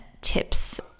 tips